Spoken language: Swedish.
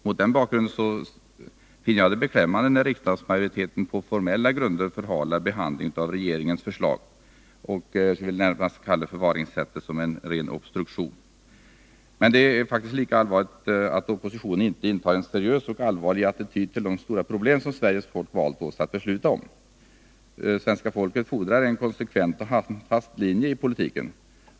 Mot den bakgrunden finner jag det beklämmande när riksdagsmajoriteten på formella grunder förhalar behandlingen av regeringens förslag. Förfaringssättet är närmast att uppfatta som obstruktion. Men lika allvarligt är att oppositionen inte intar en seriös och allvarlig attityd till de stora problem Sveriges folk valt oss att besluta om. Svenska folket fordrar en konsekvent och handfast linje i politiken.